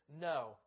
no